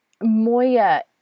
Moya